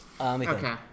Okay